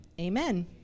Amen